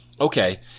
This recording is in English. Okay